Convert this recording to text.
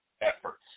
efforts